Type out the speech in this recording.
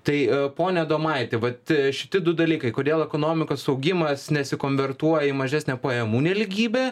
tai pone adomaitį vat šiti du dalykai kodėl ekonomikos augimas nesi konvertuoja į mažesnę pajamų nelygybę